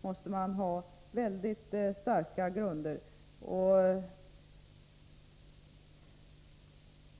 måste man ha väldigt starka grunder för det.